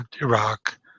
Iraq